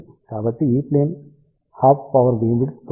కాబట్టి E plane half power beamwidth 9